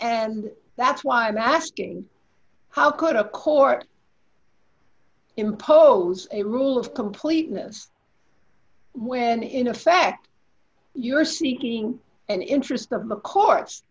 and that's why i'm asking how could a court impose a rule of completeness when in effect you are seeking an interest in the courts